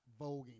Voguing